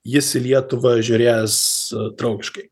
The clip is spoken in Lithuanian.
jis į lietuvą žiūrės draugiškai